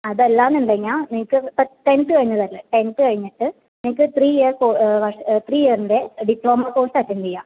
അതല്ലയെന്നുണ്ടെങ്കിൽ നിങ്ങൾക്ക് ഇപ്പോൾ ടെൻത്ത് കഴിഞ്ഞതല്ലേ ടെൻത്ത് കഴിഞ്ഞിട്ട് നിങ്ങൾക്ക് ത്രീ ഇയർ ത്രീ ഇയറിൻ്റെ ഡിപ്ലോമ കോഴ്സ് അറ്റൻഡ് ചെയ്യാം